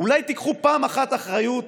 אולי תיקחו פעם אחת אחריות